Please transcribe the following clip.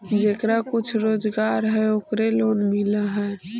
जेकरा कुछ रोजगार है ओकरे लोन मिल है?